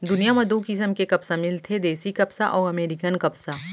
दुनियां म दू किसम के कपसा मिलथे देसी कपसा अउ अमेरिकन कपसा